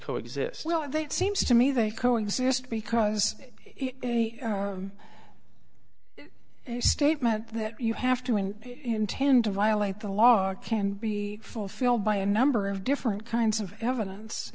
coexist well i think it seems to me they co exist because the statement that you have to intend to violate the law can be fulfilled by a number of different kinds of evidence